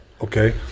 okay